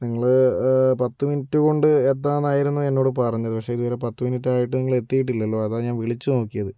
നിങ്ങള് പത്തു മിനിറ്റുകൊണ്ട് എത്താന്നായിരുന്നു എന്നോട് പറഞ്ഞത് പക്ഷെ ഇതുവരെ പത്തുമിനിറ്റായിട്ടും നിങ്ങളെത്തിയിട്ടില്ലല്ലോ അതാ ഞാൻ വിളിച്ചു നോക്കിയത്